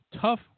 tough